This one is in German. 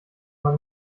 man